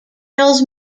tells